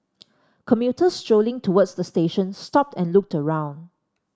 commuters strolling towards the station stopped and looked around